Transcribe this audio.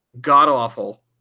god-awful